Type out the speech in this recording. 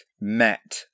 met